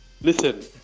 Listen